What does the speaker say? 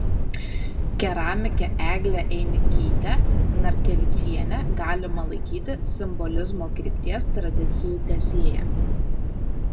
keramikę eglę einikytę narkevičienę galima laikyti simbolizmo krypties tradicijų tęsėja